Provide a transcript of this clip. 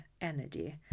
Energy